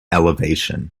elevation